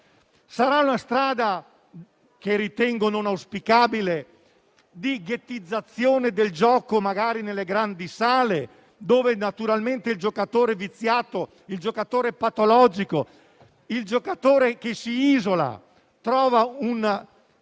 Sarà una strada - che ritengo non auspicabile - di ghettizzazione del gioco, magari nelle grandi sale, dove naturalmente il giocatore viziato, patologico e che si isola trova